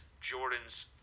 Jordan's